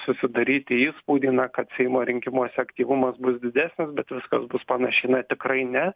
susidaryti įspūdį na kad seimo rinkimuose aktyvumas bus didesnis bet viskas bus panašiai na tikrai ne